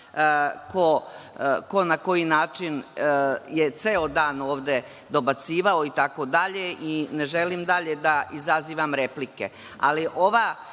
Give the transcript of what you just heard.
ko na koji način je ceo dan ovde dobacivao itd, i ne želim dalje da izazivam replike.